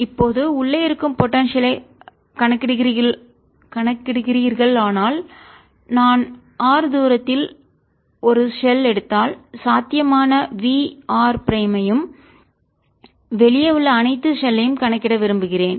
இப்போது உள்ளே இருக்கும் போடன்சியல் கணக்கிடுகிறீர்களானால் நான் r தூரத்தில் இல் ஒரு ஷெல் எடுத்தால் சாத்தியமான V r பிரைம்யும் வெளியே உள்ள அனைத்து ஷெல்யும் கணக்கிட விரும்புகிறேன்